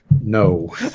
no